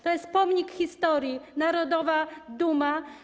To jest pomnik historii, narodowa duma.